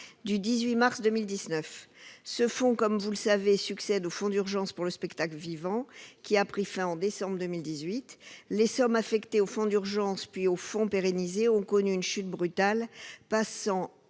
du 18 mars. Ce fonds, comme vous le savez, succède au fonds d'urgence pour le spectacle vivant, qui a pris fin en décembre 2018. Les montants affectés au fonds d'urgence puis au fonds pérennisé ont connu une chute brutale, passant